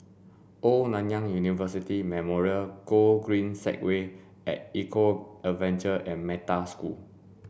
Old Nanyang University Memorial Gogreen Segway at Eco Adventure and Metta School